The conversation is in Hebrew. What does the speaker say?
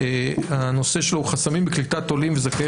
הנושא הוא החסמים בקליטת עולים וזכאי